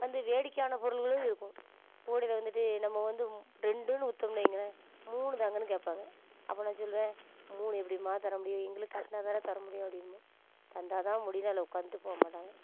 வந்து வேடிக்கையான பொருள்களும் இருக்கும் ஊடையில இருந்துட்டு நம்ம வந்து ரெண்டுன்னு விற்தோம்னு வைங்களேன் மூணு தாங்கன்னு கேட்பாங்க அப்போ நான் சொல்லுவேன் மூணு எப்படிமா தர முடியும் எங்களுக்கு கட்னா தான் தர முடியும் அப்படிம்போம் தந்தால் தான் முடியுன்னு அதில் உட்காந்துட்டு போக மாட்டாங்க